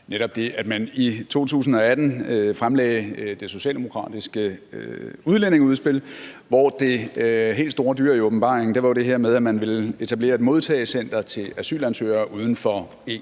netop det, at man i 2018 fremlagde det socialdemokratiske udlændingeudspil, hvor det helt store dyr i åbenbaringen jo var det her med, at man ville etablere et modtagecenter til asylansøgere uden for EU.